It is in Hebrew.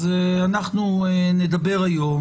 אז אנחנו נדבר היום,